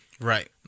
Right